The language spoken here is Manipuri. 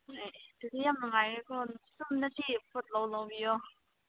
ꯑꯦ ꯑꯗꯨꯗꯤ ꯌꯥꯝ ꯅꯨꯡꯉꯥꯏꯔꯦꯀꯣ ꯄꯣꯠ ꯂꯧꯕꯤꯌꯣ